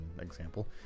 example